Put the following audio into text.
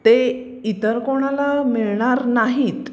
ते इतर कोणाला मिळणार नाहीत